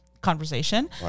conversation